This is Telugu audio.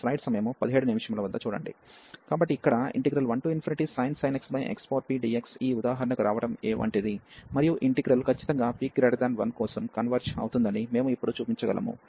కాబట్టి ఇక్కడ 1sin x xpdx ఈ ఉదాహరణకి రావడం వంటిది మరియు ఈ ఇంటిగ్రల్ ఖచ్చితంగా p1 కోసం కన్వర్జ్ అవుతుందని మేము ఇప్పుడు చూపించగలము